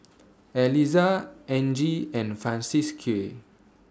Elizah Angie and Francisqui